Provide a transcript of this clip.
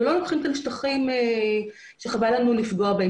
אנחנו לא לוקחים כאן שטחים שחבל לנו לפגוע בהם.